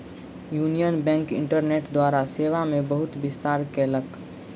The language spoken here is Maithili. यूनियन बैंक इंटरनेट द्वारा सेवा मे बहुत विस्तार कयलक